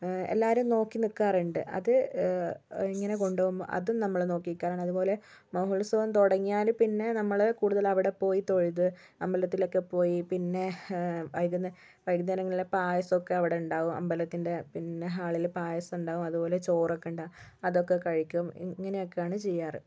എല്ലാവരും നോക്കിനിൽക്കാറുണ്ട് അത് ഇങ്ങനെ കൊണ്ടുപോകുമ്പോൾ അതും നമ്മൾ നോക്കി നിൽക്കാറുണ്ട് അതുപോലെ മഹോത്സവം തുടങ്ങിയാൽ പിന്നെ നമ്മൾ കൂടുതൽ അവിടെപ്പോയി തൊഴുത് അമ്പലത്തിലൊക്കെ പോയി പിന്നെ വൈകുന്നേരങ്ങളിലെ പായസമൊക്കെ അവിടെ ഉണ്ടാവും അമ്പലത്തിൻ്റെ പിന്നെ ഹാളിൽ പായസമുണ്ടാവും അതുപോലെ ചോറൊക്കെ ഉണ്ടാവും അതൊക്കെ കഴിക്കും ഇങ്ങനെയൊക്കെയാണ് ചെയ്യാറ്